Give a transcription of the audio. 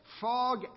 fog